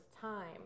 time